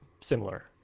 similar